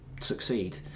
succeed